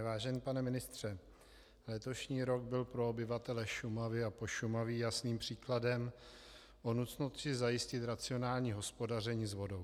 Vážený pane ministře, letošní rok byl pro obyvatele Šumavy a Pošumaví jasným příkladem o nutnosti zajistit racionální hospodaření s vodou.